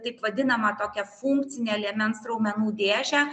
taip vadinamą tokią funkcinę liemens raumenų dėžę